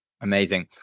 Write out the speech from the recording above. Amazing